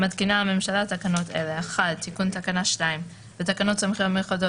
מתקינה הממשלה תקנות אלה: תיקון תקנה 2 1.בתקנות סמכויות מיוחדות